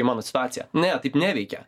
į mano situaciją ne taip neveikia